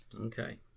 Okay